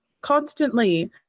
constantly